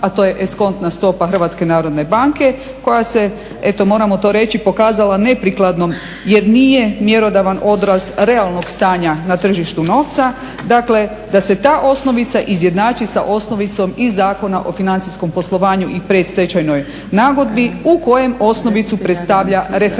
a to je eskontna stopa Hrvatske narodne banke koja se, eto moramo to reći, pokazala neprikladnom jer nije mjerodavan odraz realnog stanja na tržištu novca. Dakle, da se ta osnovica izjednači sa osnovicom iz Zakona o financijskom poslovanju i predstečajnoj nagodbi u kojem osnovicu predstavlja referentna